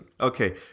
Okay